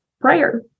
prayer